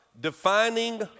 defining